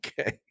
Okay